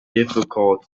difficult